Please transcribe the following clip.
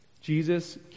Jesus